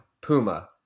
Puma